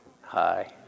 Hi